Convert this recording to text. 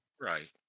right